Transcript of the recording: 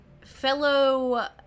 fellow